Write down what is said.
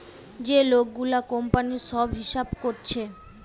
যে লোক গুলা কোম্পানির সব হিসাব কোরছে